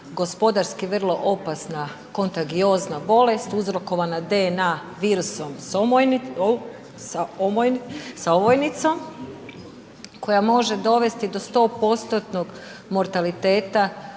gospodarski vrlo opasna, kontagiozna bolest uzrokovana DNA virusom sa ovojnicom koja može dovesti do 100%-tnog mortaliteta